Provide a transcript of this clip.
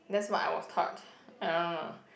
that's what I was taught I don't know